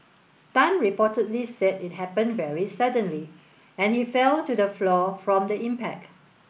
Tan reportedly said it happened very suddenly and he fell to the floor from the impact